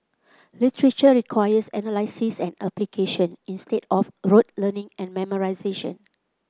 literature requires analysis and application instead of rote learning and memorisation